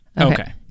Okay